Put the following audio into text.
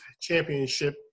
championship